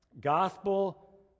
gospel